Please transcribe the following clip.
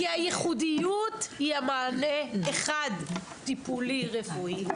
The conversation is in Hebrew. כי הייחודיות היא המענה אחד - טיפול רפואי,